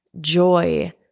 joy